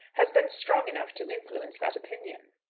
has been strong enough to influence that opinion.